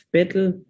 Battle